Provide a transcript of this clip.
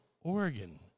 Oregon